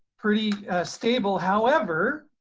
pretty stable. however,